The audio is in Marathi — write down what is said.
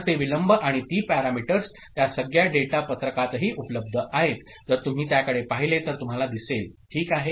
तर ते विलंब आणि ती पॅरामीटर्स त्या संज्ञा डेटा पत्रकातही उपलब्ध आहेत जर तुम्ही त्याकडे पाहिले तर तुम्हाला दिसेल ठीक आहे